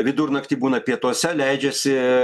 vidurnaktį būna pietuose leidžiasi